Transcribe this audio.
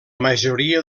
majoria